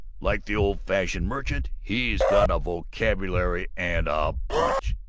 like the old-fashioned merchant. he's got a vocabulary and a punch.